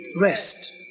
rest